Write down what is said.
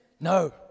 No